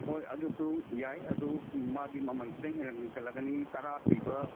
ꯍꯣꯏ ꯑꯗꯨꯁꯨ ꯌꯥꯏ ꯑꯗꯨ ꯃꯥꯒꯤ ꯃꯃꯟ ꯈꯤꯇꯪ ꯍꯦꯟꯒꯠꯂꯛꯀꯅꯤ ꯇꯔꯥ ꯄꯤꯕ